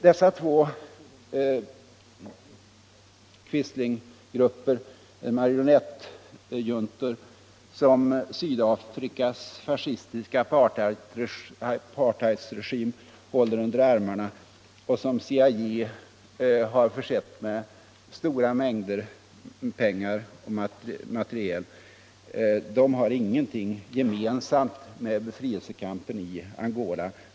Dessa två quislinggrupper — marionettjuntor — som Sydafrikas fascistiska apartheidregim håller under armarna och som CIA har försett med stora mängder pengar och materiel har ingenting gemensamt med befrielsekampen i Angola.